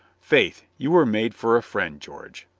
faith, you were made for a friend, george,